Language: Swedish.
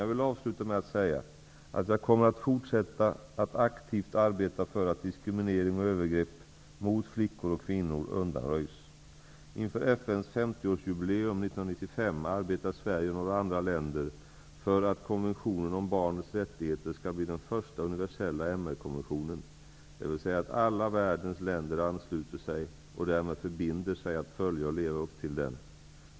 Jag vill avsluta med att säga att jag kommer att fortsätta att aktivt arbeta för att diskriminering och övergrepp mot flickor och kvinnor undanröjs. Inför FN:s 50-årsjubileum, 1995, arbetar Sverige och några andra länder för att konventionen om barnets rättigheter skall bli den första universella MR-konventionen, dvs. att alla världens länder ansluter sig och därmed förbinder sig att följa och leva upp till den.